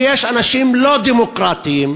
שיש אנשים לא דמוקרטים,